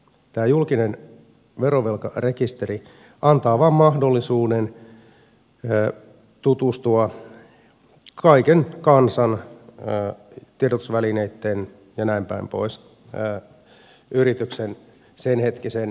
tämä julkinen verovelkarekisteri antaa vain mahdollisuuden kaiken kansan tiedotusvälineitten ja näinpäin pois tutustua yrityksen senhetkiseen verovelkatilanteeseen